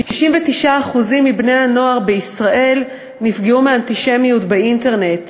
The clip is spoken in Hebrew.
69% מבני-הנוער בישראל נפגעו מאנטישמיות באינטרנט.